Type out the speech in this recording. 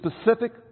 specific